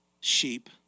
sheep